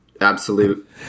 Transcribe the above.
Absolute